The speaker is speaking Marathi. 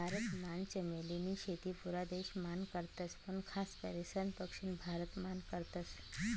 भारत मान चमेली नी शेती पुरा देश मान करतस पण खास करीसन दक्षिण भारत मान करतस